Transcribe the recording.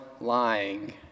lying